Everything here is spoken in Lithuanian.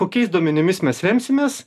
kokiais duomenimis mes remsimės